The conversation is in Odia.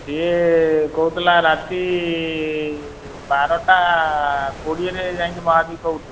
ସିଏ କହୁଥିଲା ରାତି ବାରଟା କୋଡ଼ିଏ ରେ ଯାଇଁକି ମହା ଦୀପ ଉଠିବ